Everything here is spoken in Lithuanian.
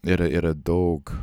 ir yra daug